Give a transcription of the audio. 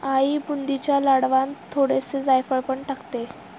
आई बुंदीच्या लाडवांत थोडेसे जायफळ पण टाकते